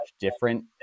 different